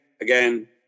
again